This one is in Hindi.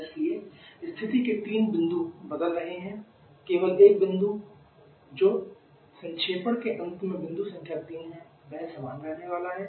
इसलिए स्थिति के तीन बिंदु बदल रहे हैं केवल एक स्थिति बिंदु जो संक्षेपण के अंत में बिंदु संख्या 3 है वह समान रहने वाला है